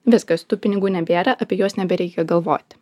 viskas tų pinigų nebėra apie juos nebereikia galvoti